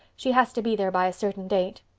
she has to be there by a certain date.